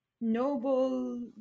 noble